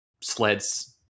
sleds